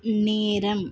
நேரம்